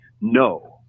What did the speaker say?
no